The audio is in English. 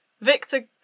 Victor